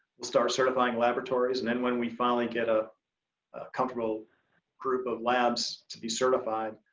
start certifying laboratories and then we finally get a comfortable group of labs to be certified.